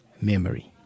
Memory